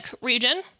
region